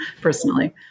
personally